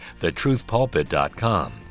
thetruthpulpit.com